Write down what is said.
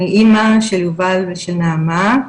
אני אמא של יובל ושל נעמה,